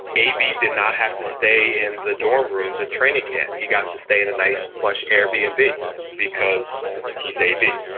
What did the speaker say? a b. did not have to stay in the dorm rooms at training camp. he got to stay in a nice plush air b and b because he's a b.